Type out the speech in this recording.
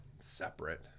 separate